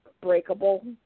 breakable